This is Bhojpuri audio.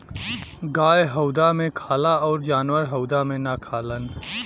गाय हउदा मे खाला अउर जानवर हउदा मे ना खालन